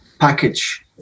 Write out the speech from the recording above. package